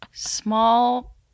Small